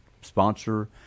sponsor